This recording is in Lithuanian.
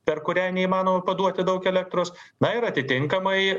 per kurią neįmanoma paduoti daug elektros na ir atitinkamai